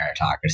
meritocracy